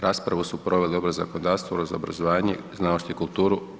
Raspravu su proveli Odbor za zakonodavstvo, Odbor za obrazovanje, znanost i kulturu.